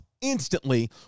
instantly